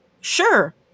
sure